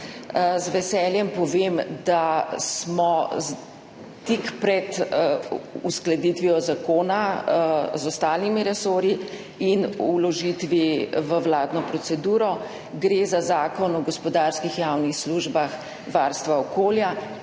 Z veseljem povem, da smo tik pred uskladitvijo zakona z ostalimi resorji in vložitvijo v vladno proceduro. Gre za zakon o gospodarskih javnih službah varstva okolja,